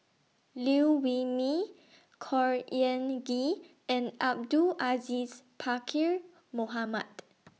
Liew Wee Mee Khor Ean Ghee and Abdul Aziz Pakkeer Mohamed